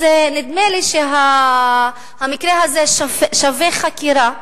אז נדמה לי שהמקרה הזה שווה חקירה,